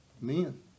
Men